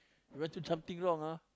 you want to something wrong ah